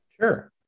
Sure